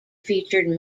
featured